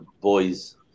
boys